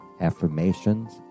affirmations